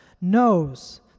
knows